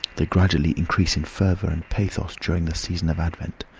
they gradually increase in fervour and pathos during the season of advent,